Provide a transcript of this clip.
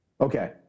Okay